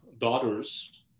daughters